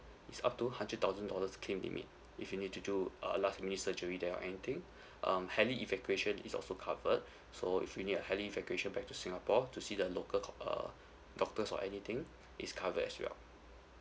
it's up to hundred thousand dollars claim limit if you need to do a last minute surgery there or anything um highly evacuation is also covered so if you need a highly evacuation back to singapore to see the local uh doctors or anything is covered as well